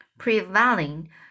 prevailing